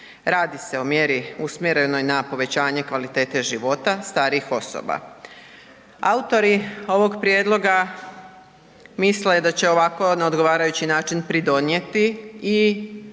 Radi se o mjeri usmjerenoj na povećanju kvalitete života starijih osoba. Autori ovog prijedloga misle da će ovako na odgovarajući način pridonijeti i